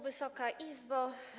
Wysoka Izbo!